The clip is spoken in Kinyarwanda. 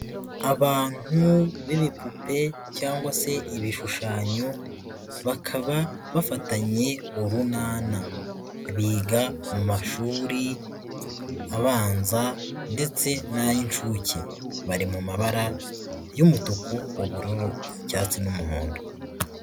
Abantu b'ibipupe cyangwa se ibishushanyo, bakaba bafatanye urunana, biga mu mashuri abanza ndetse n'ay'inshuke bari mu mabara y'umutuku, ubururu, icyatsi n'umuhondo.